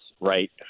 right